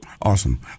Awesome